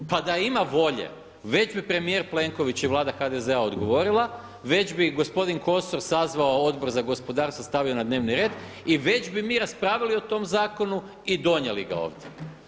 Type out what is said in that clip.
Pa da ima volje već bi premijer Plenković i Vlada HDZ-a odgovorila, već bi gospodin Kosor sazvao Odbora za gospodarstvo, stavio na dnevni red i već bi mi raspravili o tom zakonu i donijeli ga ovdje.